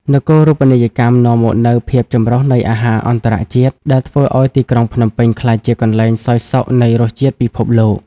នគរូបនីយកម្មនាំមកនូវ "ភាពចម្រុះនៃអាហារអន្តរជាតិ" ដែលធ្វើឱ្យទីក្រុងភ្នំពេញក្លាយជាកន្លែងសោយសុខនៃរសជាតិពិភពលោក។